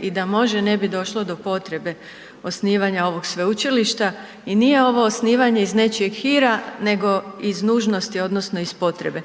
i da može, ne bi došlo do potrebe osnivanja ovog Sveučilišta i nije ovo osnivanje iz nečijeg hira, nego iz nužnosti odnosno iz potrebe.